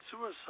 suicide